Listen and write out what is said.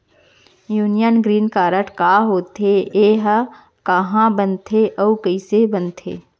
Union green card का होथे, एहा कहाँ बनथे अऊ कइसे बनथे?